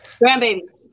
grandbabies